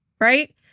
right